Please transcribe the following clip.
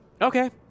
okay